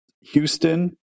Houston